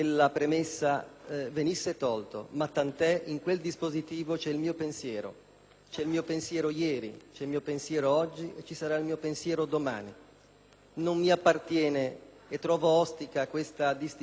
c'era il mio pensiero ieri, c'è il mio pensiero oggi e ci sarà il mio pensiero domani. Non mi appartiene e trovo ostica questa distinzione tra politico, credente, cattolico, laico.